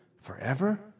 forever